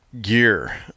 gear